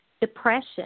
depression